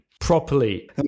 properly